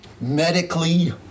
medically